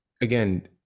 again